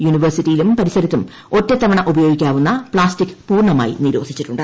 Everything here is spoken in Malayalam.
യൂണിവേഴ്സിറ്റിയിലും പരിസരത്തും ഒറ്റത്തവണ ഉപയോഗിക്കുന്ന പ്ലാസ്റ്റിക് പൂർണ്ണമായി നിരോധിച്ചിട്ടുണ്ട്